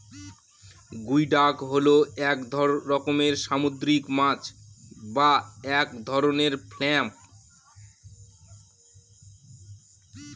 গুই ডাক হল এক রকমের সামুদ্রিক মাছ বা এক ধরনের ক্ল্যাম